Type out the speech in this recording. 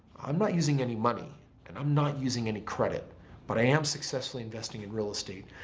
i'm not using any money and i'm not using any credit but i am successfully investing in real estate.